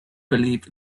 believe